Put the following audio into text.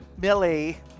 Millie